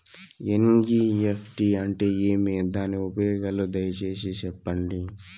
NEFT అంటే ఏమి? దాని ఉపయోగాలు దయసేసి సెప్పండి?